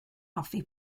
hoffi